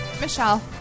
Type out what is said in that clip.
Michelle